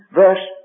verse